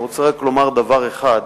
אני רוצה לומר רק דבר אחד,